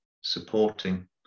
supporting